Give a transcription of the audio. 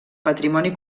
patrimoni